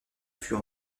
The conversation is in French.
fut